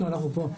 לא, לא, אנחנו פה.